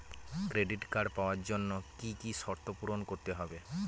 Credit card পাওয়ার জন্য কি কি শর্ত পূরণ করতে হবে?